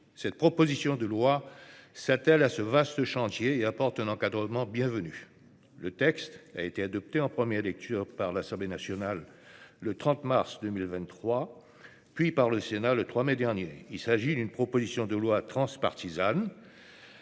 Cette proposition de loi s'attelle à ce vaste chantier et apporte un encadrement bienvenu. Le texte a été adopté en première lecture par l'Assemblée nationale le 30 mars 2023, puis par le Sénat le 3 mai dernier. Il s'agit d'une proposition de loi transpartisane,